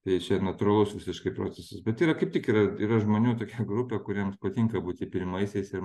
ir čia natūralus visiškai procesas bet yra kaip tik yra yra žmonių tokia grupė kuriems patinka būti pirmaisiais ir